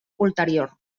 ulterior